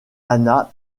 lana